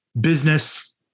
business